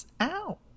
Ow